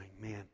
man